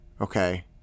okay